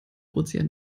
ozean